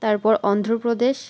তারপর অন্ধ্রপ্রদেশ